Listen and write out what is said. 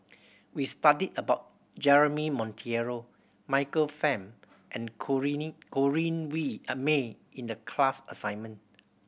we studied about Jeremy Monteiro Michael Fam and Corrinne Way of May in the class assignment